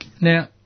Now